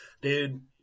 Dude